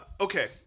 Okay